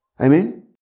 Amen